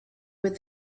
with